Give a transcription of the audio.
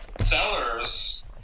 Sellers